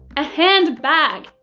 a hand. bag.